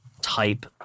type